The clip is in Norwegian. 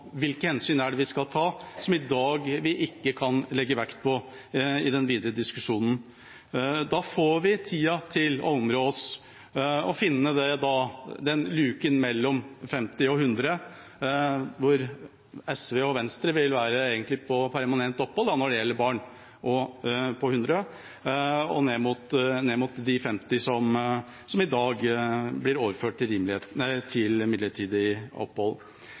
hvilke hensyn vi skal ta, som vi i dag ikke kan legge vekt på i den videre diskusjonen. Da får vi tid til å områ oss og finne luken mellom 50 og 100, hvor SV og Venstre vil ha permanent opphold for barn – altså 100 – og ned mot de 50 som i dag blir overført til